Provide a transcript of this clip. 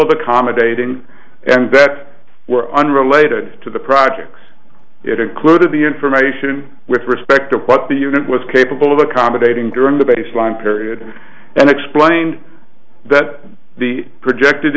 of accommodating and that were unrelated to the projects it included the information with respect to what the unit was capable of accommodating during the baseline period and explained that the projected